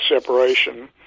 separation